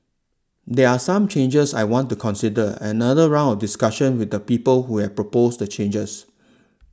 there are some changes I want to consider another round of discussion with the people who have proposed the changes